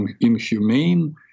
inhumane